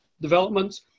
developments